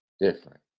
different